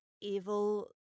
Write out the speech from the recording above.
evil